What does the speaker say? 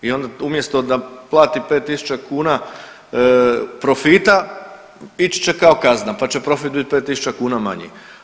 I onda umjesto da plati 5 tisuća kuna profita, ići će kao kazna pa će profit bit 5 tisuća kuna manji.